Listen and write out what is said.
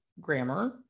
grammar